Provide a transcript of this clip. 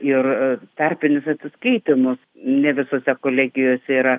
ir tarpinius atsiskaitymus ne visose kolegijose yra